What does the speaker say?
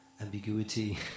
ambiguity